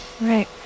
right